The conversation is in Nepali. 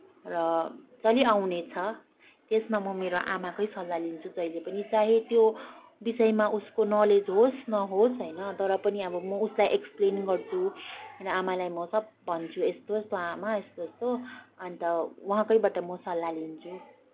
र चलिआउने छ त्यसमा म मेरो आमाकै सल्लाह लिन्छु जहिले पनि चाहे त्यो विषयमा उसको नलेज होस् नहोस् तर पनि अब म उसलाई एक्सप्लेन गर्छु र आमालाई म सब भन्छु यस्तो यस्तो आमा यस्तो यस्तो अन्त उहाँकैबाट म सल्लाह लिन्छु